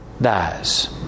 dies